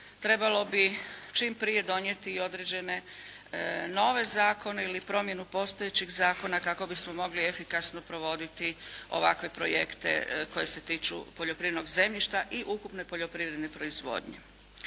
trebalo bi čim prije donijeti i određene nove zakone ili promjenu postojećih zakona kako bismo mogli efikasno provoditi ovakve projekte koji se tiču poljoprivrednog zemljišta i ukupne poljoprivredne proizvodnje.